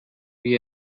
wie